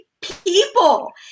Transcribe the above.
people